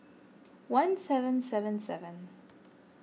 one seven seven seven